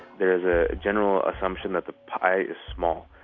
there is a general assumption that the pie is small,